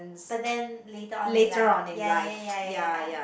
but then later on you will like ya ya ya ya ya